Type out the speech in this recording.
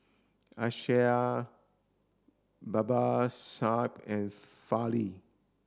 Akshay Babasaheb and Fali